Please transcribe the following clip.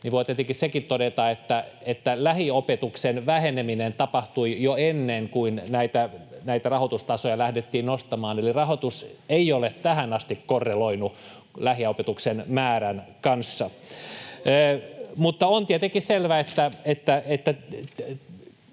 voi tietenkin senkin todeta, että lähiopetuksen väheneminen tapahtui jo ennen kuin näitä rahoitustasoja lähdettiin nostamaan. Eli rahoitus ei ole tähän asti korreloinut lähiopetuksen määrän kanssa. Mutta on tietenkin selvä, että